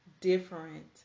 different